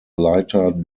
lighter